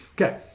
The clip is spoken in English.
Okay